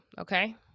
okay